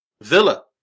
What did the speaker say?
Villa